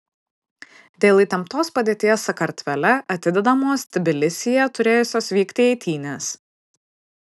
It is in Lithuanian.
dėl įtemptos padėties sakartvele atidedamos tbilisyje turėjusios vykti eitynės